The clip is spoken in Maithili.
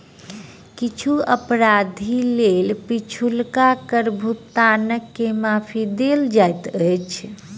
किछ अवधिक लेल पछुलका कर भुगतान के माफी देल जाइत अछि